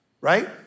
right